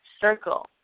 circle